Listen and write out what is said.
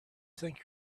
think